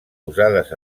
posades